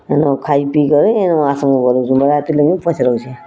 ହେନ ଖାଇପିଇ କରି ଇନ ଆସମୁ ପଚରଉଛେଁ